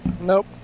Nope